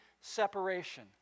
separation